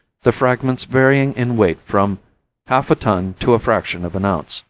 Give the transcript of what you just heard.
the fragments varying in weight from half a ton to a fraction of an ounce.